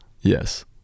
Yes